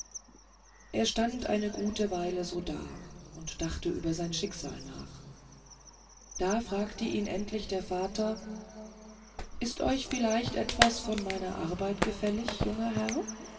er stand eine gute weile so da und dachte über sein schicksal nach da fragte ihn endlich sein vater ist euch vielleicht etwas von meiner arbeit gefällig junger herr